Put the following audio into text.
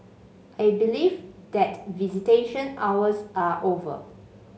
I believe that visitation hours are over